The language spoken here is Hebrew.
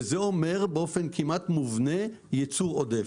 וזה אומר באופן כמעט מובנה ייצור עודף.